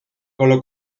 colo